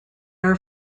are